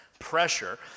pressure